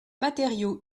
matériaux